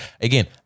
Again